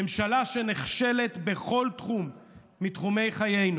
ממשלה שנכשלת בכל תחום מתחומי חיינו